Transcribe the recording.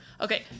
okay